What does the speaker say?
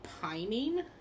pining